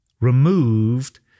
removed